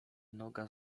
noga